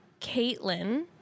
Caitlin